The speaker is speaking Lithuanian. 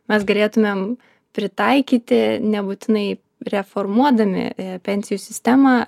mes galėtumėm pritaikyti nebūtinai reformuodami pensijų sistemą